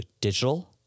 digital